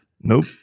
Nope